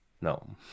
No